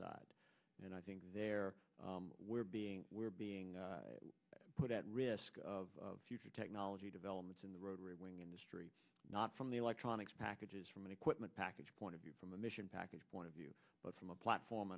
side and i think there were being were being put at risk of future technology developments in the rotary wing industry not from the electronics packages from an equipment package point of view from a mission package point of view but from a platform